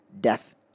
death